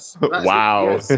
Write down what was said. Wow